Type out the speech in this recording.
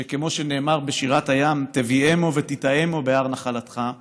כמו שנאמר בשירת הים: "תבאמו ותטעמו בהר נחלתך".